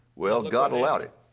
well, god allowed it.